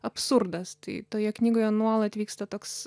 absurdas tai toje knygoje nuolat vyksta toks